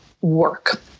work